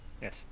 Yes